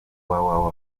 www